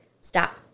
Stop